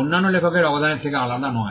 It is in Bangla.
অন্যান্য লেখকের অবদানের থেকে আলাদা নয়